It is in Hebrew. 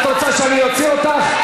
את רוצה שאני אוציא אותך?